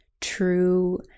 true